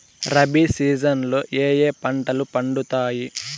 rabi season లో ఏ ఏ పంటలు పండుతాయి